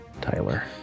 Tyler